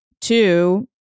two